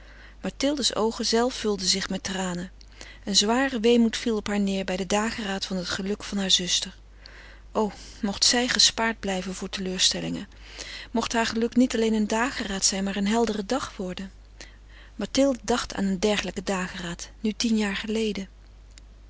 mathilde's oogen zelven vulden zich met tranen een zware weemoed viel op haar neêr bij den dageraad van het geluk harer zuster o mocht zij gespaard blijven voor teleurstellingen mocht haar geluk niet alleen een dageraad zijn maar een heldere dag worden mathilde dacht aan een dergelijken dageraad nu tien jaar geleden